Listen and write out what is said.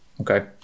okay